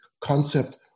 concept